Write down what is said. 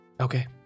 Okay